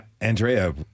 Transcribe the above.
Andrea